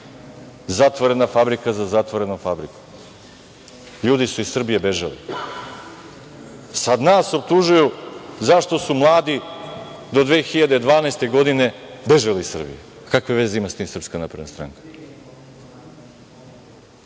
zatvorena fabrika za zatvorenom fabrikom. Ljudi iz Srbije su bežali. Sada nas optužuju zašto su mladi do 2012. godine bežali iz Srbije. Kakve veze ima s tim Srpska napredna stranka? Takođe,